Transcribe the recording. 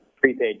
prepaid